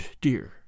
dear